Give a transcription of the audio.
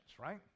right